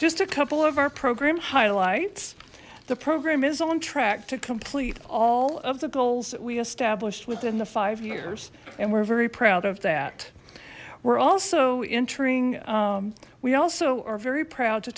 just a couple of our program highlights the program is on track to complete all of the goals that we established within the five years and we're very proud of that we're also entering we also are very proud to